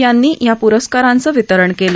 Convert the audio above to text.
यांनी या प्रस्कारांचं वितरण केलं